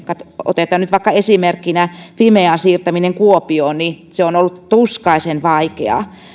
otetaan nyt esimerkkinä vaikka fimean siirtäminen kuopioon on ollut tuskaisen vaikeaa